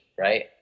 right